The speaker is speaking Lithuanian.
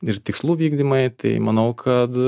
ir tikslų vykdymai tai manau kad